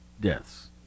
deaths